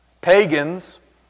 Pagans